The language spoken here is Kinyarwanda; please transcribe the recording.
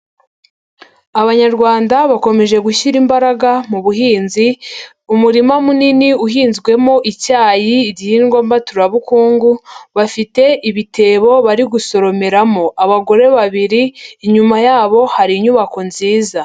Abanyarwanda bakomeje gushyira imbaraga mu buhinzi, umurima munini uhinzwemo icyayi igihingwa mbaturabukungu, bafite ibitebo bari gusoromeramo, abagore babiri inyuma yabo hari inyubako nziza.